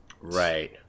Right